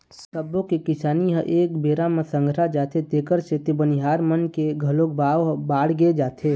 सब्बो के किसानी ह एके बेरा म संघरा जाथे तेखर सेती बनिहार मन के घलोक भाव ह बाड़गे जाथे